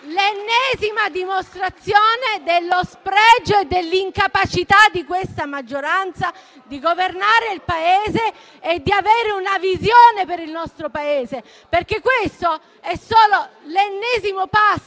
l'ennesima dimostrazione dello spregio e dell'incapacità di questa maggioranza di governare il Paese e di avere una visione per il nostro Paese, perché questo è solo l'ennesimo passo,